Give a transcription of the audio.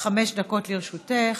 חמש דקות לרשותך.